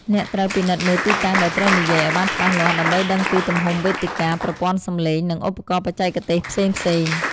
អ្នកត្រូវពិនិត្យមើលទីតាំងដែលត្រូវនិយាយឱ្យបានច្បាស់លាស់ ដើម្បីដឹងពីទំហំវេទិកា ប្រព័ន្ធសំឡេង និងឧបករណ៍បច្ចេកទេសផ្សេងៗ។